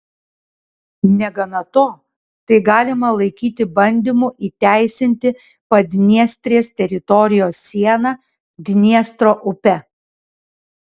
negana to tai galima laikyti bandymu įteisinti padniestrės teritorijos sieną dniestro upe